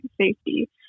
safety